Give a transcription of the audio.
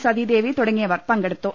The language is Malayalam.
സതീദേവി തുടങ്ങിയർ പങ്കെടുത്തു